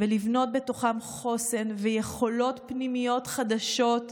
ולבנות בתוכם חוסן ויכולות פנימיות חדשות,